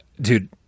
dude